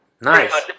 Nice